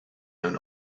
mewn